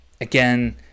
Again